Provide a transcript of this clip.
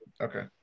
Okay